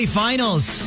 finals